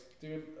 Dude